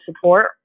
support